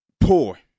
poor